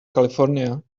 california